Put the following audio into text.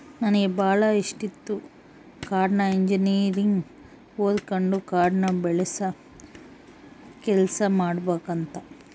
ನನಗೆ ಬಾಳ ಇಷ್ಟಿತ್ತು ಕಾಡ್ನ ಇಂಜಿನಿಯರಿಂಗ್ ಓದಕಂಡು ಕಾಡ್ನ ಬೆಳಸ ಕೆಲ್ಸ ಮಾಡಬಕಂತ